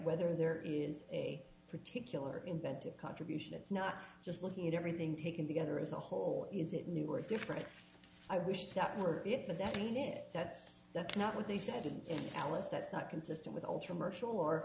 whether there is a particular inventive contribution it's not just looking at everything taken together as a whole is it new or different i wish that were it but that ain't it that's that's not what they said in alice that's not consistent with ultra mercial or